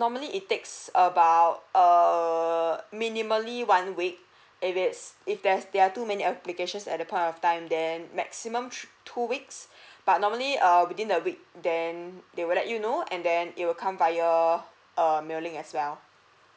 normally it takes about err minimally one week maybe it's if there's there're too many applications at the point of time then maximum th~ two weeks but normally err within the week then they will let you know and then it will come via err mailing as well